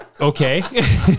Okay